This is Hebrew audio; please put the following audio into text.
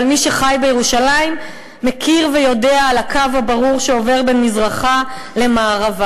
אבל מי שחי בירושלים מכיר ויודע על הקו הברור שעובר בין מזרחה למערבה.